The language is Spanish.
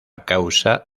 causa